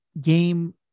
game